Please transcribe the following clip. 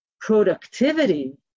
productivity